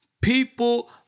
People